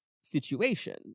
situation